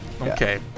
Okay